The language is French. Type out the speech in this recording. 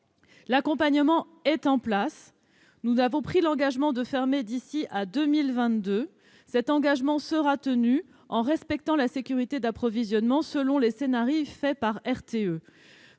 l'accompagnement est en place. Nous avons pris l'engagement de fermer ces centrales d'ici à 2022. Cet engagement sera tenu en respectant la sécurité d'approvisionnement. Les scenarii réalisés par RTE